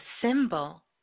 symbol